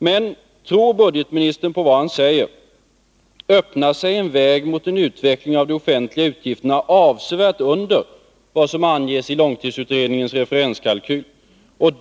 Men tror budgetministern på vad han säger, öppnar sig en väg mot en utveckling av de offentliga utgifterna avsevärt under vad som anges i långtidsutredningens referenskalkyl.